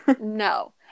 No